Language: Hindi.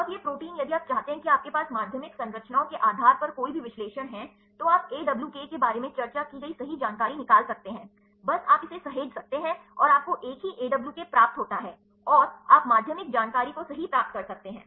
अब ये प्रोटीन यदि आप चाहते हैं कि आपके पास माध्यमिक संरचनाओं के आधार पर कोई भी विश्लेषण है तो आप AWK के बारे में चर्चा की गई सही जानकारी निकाल सकते हैं बस आप इसे सहेज सकते हैं और आपको एक ही AWK प्राप्त होता है और आप माध्यमिक जानकारी को सही प्राप्त कर सकते हैं